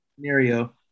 scenario